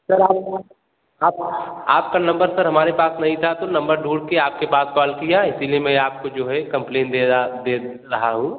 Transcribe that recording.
sir आप आप आपका नम्बर सर हमारे पास नहीं था तो नम्बर ढूंढकर आपके पास कॉल किया है इसीलिए मैं आपको जो है कम्प्लेन दे रहा भेज रहा हूँ